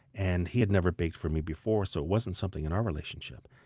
and he had never baked for me before. so it wasn't something in our relationship.